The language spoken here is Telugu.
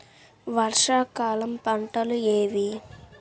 వర్షాకాలం పంటలు ఏవి?